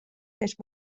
més